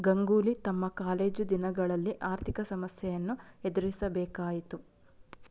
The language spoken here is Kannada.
ಗಂಗೂಲಿ ತಮ್ಮ ಕಾಲೇಜು ದಿನಗಳಲ್ಲಿ ಆರ್ಥಿಕ ಸಮಸ್ಯೆಯನ್ನು ಎದುರಿಸಬೇಕಾಯಿತು